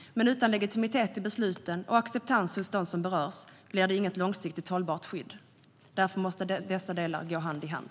Men utan legitimitet i besluten och acceptans hos dem som berörs blir det inget långsiktigt hållbart skydd. Därför måste dessa delar gå hand i hand.